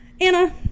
Anna